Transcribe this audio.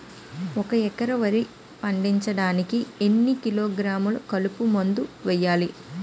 ఒక ఎకర వరి పండించటానికి ఎన్ని కిలోగ్రాములు కలుపు మందు వేయాలి?